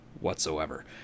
whatsoever